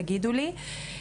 תגידו לי.